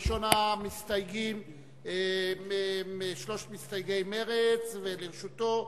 הוא ראשון המסתייגים משלושת מסתייגי מרצ, ולרשותו,